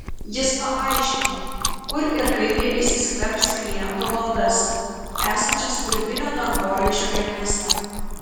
jis paaiškino kur ir kaip jie įsiskverbs į kliento valdas esančias urvinio dangoraižio gelmėse